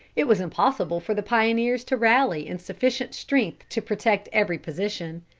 it was impossible for the pioneers to rally in sufficient strength to protect every position.